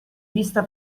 vista